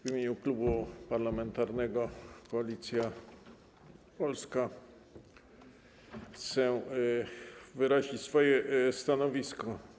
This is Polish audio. W imieniu Klubu Parlamentarnego Koalicja Polska chcę przedstawić stanowisko.